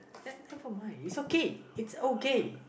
that come from mine is okay it's okay